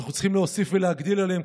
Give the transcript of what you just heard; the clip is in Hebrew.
אבל אנחנו צריכים להוסיף ולהגדיל עליהם,